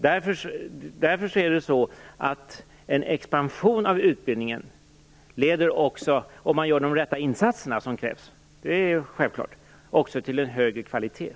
Därför leder en expansion av utbildningen - självfallet om man gör de insatser som krävs - också till en högre kvalitet.